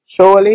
Surely